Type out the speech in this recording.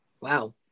Wow